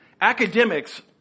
Academics